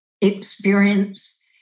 experience